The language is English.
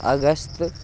August